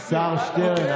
השר שטרן.